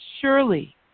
surely